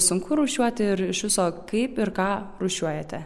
sunku rūšiuoti ir iš viso kaip ir ką rūšiuojate